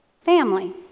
Family